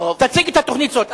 תציג את התוכנית הזאת.